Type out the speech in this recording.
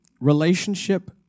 relationship